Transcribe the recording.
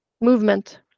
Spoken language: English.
movement